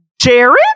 Jared